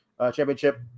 Championship